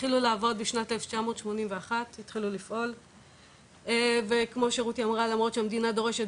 איחורים של עד תשעה חודשים יחסית למה שהיינו צריכים